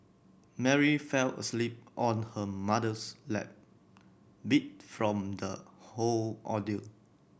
Mary fell asleep on her mother's lap beat from the whole ordeal